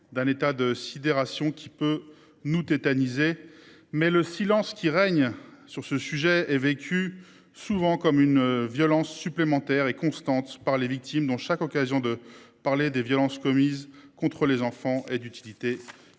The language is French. d'un état de sidération qui peut nous tétaniser mais le silence qui règne sur ce sujet est vécue souvent comme une violence supplémentaire et constante par les victimes, dont chaque occasion de parler des violences commises contre les enfants et d'utilité